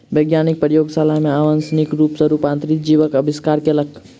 वैज्ञानिक प्रयोगशाला में अनुवांशिक रूप सॅ रूपांतरित जीवक आविष्कार कयलक